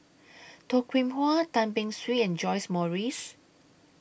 Toh Kim Hwa Tan Beng Swee and John's Morrice